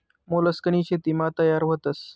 मोलस्कनी शेतीमा तयार व्हतस